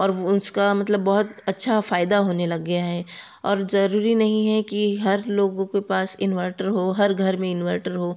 और उसका मतलब बहुत अच्छा फ़ायदा होने लग गया है और ज़रूरी नहीं है कि हर लोगों के पास इनवर्टर हो हर घर में इंवर्टर हो